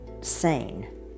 sane